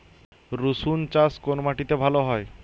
রুসুন চাষ কোন মাটিতে ভালো হয়?